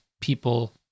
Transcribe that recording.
people